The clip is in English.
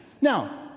Now